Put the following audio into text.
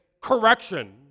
correction